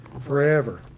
forever